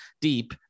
deep